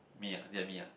me ah is that me ah